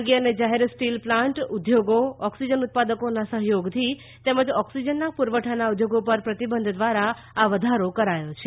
ખાનગી અને જાહેર સ્ટીલ પ્લાન્ટ ઉદ્યોગો ઓક્સિજન ઉત્પાદકોના સહયોગથી તેમજ ઓક્સિજનના પુરવઠાના ઉદ્યોગો પર પ્રતિબંધ દ્વારા આ વધારો કરાયો છે